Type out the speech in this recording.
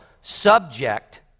subject